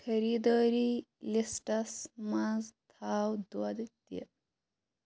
خٔریٖدٲری لِسٹَس منٛز تھاو دۄد تہِ